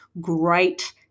great